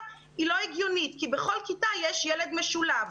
היא לא הגיונית כי בכל כיתה יש ילד משולב.